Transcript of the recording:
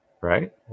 Right